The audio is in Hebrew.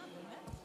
למה הקואליציה